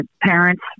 parents